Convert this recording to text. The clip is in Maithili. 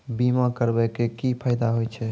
बीमा करबै के की फायदा होय छै?